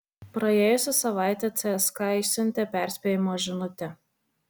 praėjusią savaitę cska išsiuntė perspėjimo žinutę